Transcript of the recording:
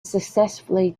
successfully